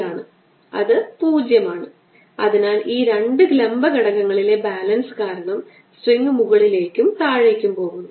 ആണ് അതിനാൽ ഈ രണ്ട് ലംബ ഘടകങ്ങളിലെ ബാലൻസ് കാരണം സ്ട്രിംഗ് മുകളിലേക്കും താഴേക്കും പോകുന്നു